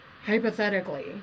Hypothetically